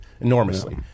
enormously